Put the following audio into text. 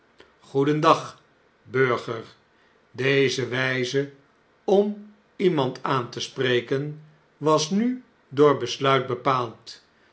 goedendag burger deze wjjze om iemand aan te spreken was nu door besluit bepaald